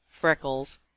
freckles